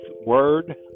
Word